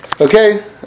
Okay